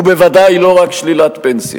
הוא בוודאי לא רק שלילת פנסיה.